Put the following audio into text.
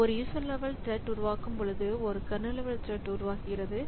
ஒரு user level த்ரெட்டை உருவாக்கும் பொழுது ஒரு கர்னல் த்ரெட்ம் உருவாக்குகிறது